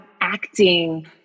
acting